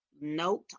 note